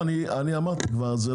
אם אתה